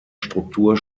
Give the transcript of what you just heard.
struktur